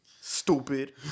Stupid